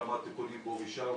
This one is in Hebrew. כמה תיקונים פה ושם,